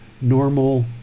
normal